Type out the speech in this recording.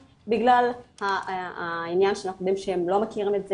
בגלל העניין שאנחנו יודעים שהם לא מכירים את זה.